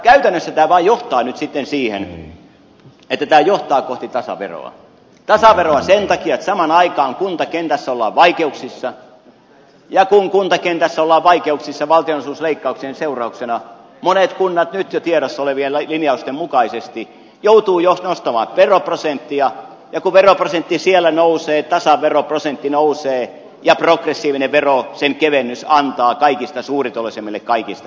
käytännössä tämä vaan johtaa nyt sitten siihen että tämä johtaa kohti tasaveroa tasaveroa sen takia että samaan aikaan kuntakentässä ollaan vaikeuksissa ja kun kuntakentässä ollaan vaikeuksissa valtionosuusleikkauksien seurauksena monet kunnat nyt jo tiedossa olevien linjausten mukaisesti joutuvat jo nostamaan veroprosenttia ja kun veroprosentti siellä nousee tasaveroprosentti nousee ja progressiivisen veron kevennys antaa kaikista suurituloisimmille kaikista eniten